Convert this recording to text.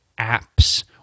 apps